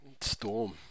Storm